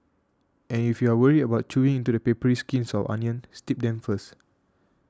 and if you are worried about chewing into the papery skins of onions steep them first